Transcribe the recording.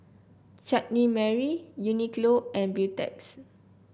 Chutney Mary Uniqlo and Beautex